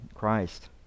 christ